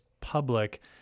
public